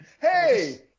Hey